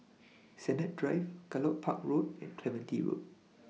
Sennett Drive Gallop Park Road and Clementi Road